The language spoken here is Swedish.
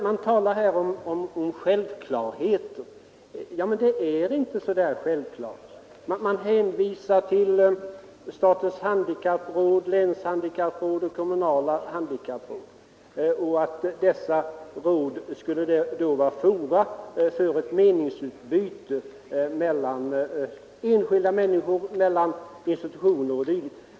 Man talar där om självklarheter och man hänvisar till statens handikappråd, länshandikappråd och kommunala handikappråd och säger att dessa råd skulle vara fora för ett meningsutbyte mellan enskilda människor och institutioner etc.